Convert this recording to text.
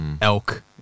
Elk